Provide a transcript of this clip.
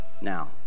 Now